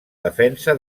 defensa